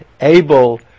able